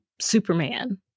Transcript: Superman